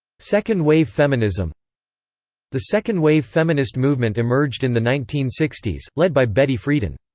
second-wave feminism the second-wave feminist movement emerged in the nineteen sixty s, led by betty friedan.